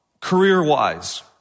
career-wise